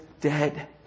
dead